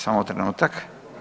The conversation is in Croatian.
Samo trenutak.